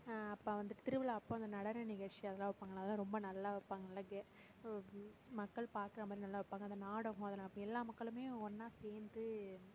அப்போ வந்துட்டு திருவிழா அப்போ அந்த நடன நிகழ்ச்சி அதலாம் வைப்பாங்க அதலாம் ரொம்ப நல்லா வைப்பாங்க நல்ல கே மக்கள் பார்க்கற மாதிரி நல்லா வைப்பாங்க அந்த நாடகம் அதலாம் எல்லா மக்களுமே ஒன்றா சேர்ந்து